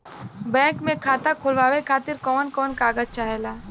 Bank मे खाता खोलवावे खातिर कवन कवन कागज चाहेला?